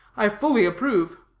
i fully approve.